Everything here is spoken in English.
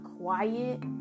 quiet